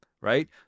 right